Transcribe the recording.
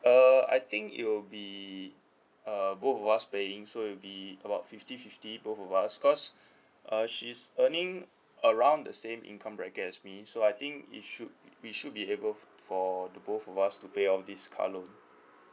uh I think it will be uh both of us paying so it will be about fifty fifty both of us because uh she's earning around the same income bracket as me so I think it should it should be able for the both of us to pay all this car loan